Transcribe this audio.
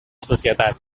societat